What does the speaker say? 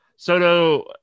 Soto